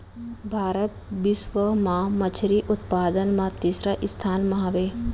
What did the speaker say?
भारत बिश्व मा मच्छरी उत्पादन मा तीसरा स्थान मा हवे